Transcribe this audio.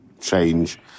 change